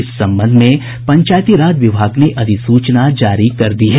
इस संबंध में पंचायती राज विभाग ने अधिसूचना जारी कर दी है